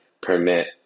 permit